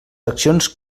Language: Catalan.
accions